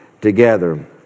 together